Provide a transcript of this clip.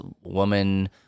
woman